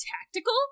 tactical